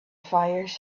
fires